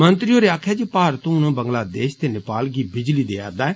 मंत्री होरें आक्खेआ जे भारत हुन बंगलादेष ते नेपाल गी बिजली देआ रदा ऐ